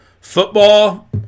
football